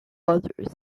others